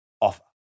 offer